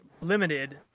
limited